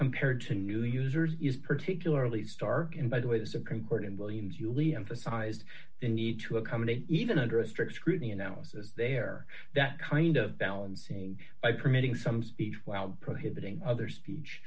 compared to new users is particularly stark and by the way the supreme court in williams yuliya emphasized the need to accommodate even under a strict scrutiny analysis there that kind of balancing by permitting some speech prohibiting other speech